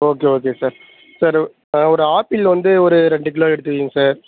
okay okay sir sir ஒரு ஒரு apple வந்து ஒரு ரெண்டு கிலோ எடுத்து வையுங்க சார்